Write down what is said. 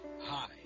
Hi